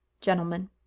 Gentlemen